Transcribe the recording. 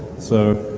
so,